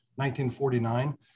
1949